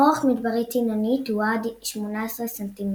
אורך מדברית עינונית הוא עד 18 ס"מ.